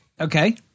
Okay